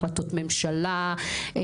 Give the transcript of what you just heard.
החלטות ממשלה,